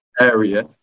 area